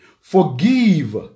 forgive